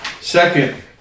second